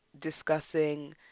discussing